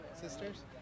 Sisters